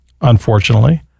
Unfortunately